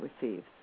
receives